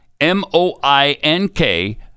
M-O-I-N-K